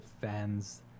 fans